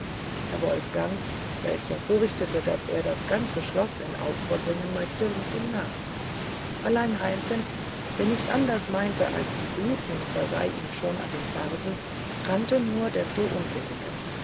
herr wolfgang welcher fürchtete daß er das ganze schloß in aufruhr bringen möchte lief ihm nach allein heimken der nicht anders meinte als die blutjungfer sei ihm schon an den fersen rannte nur desto unsinniger